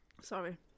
Sorry